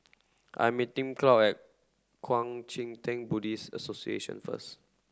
I'm meeting Claude at Kuang Chee Tng Buddhist Association first